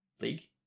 league